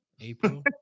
April